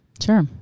sure